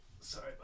Sorry